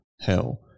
hell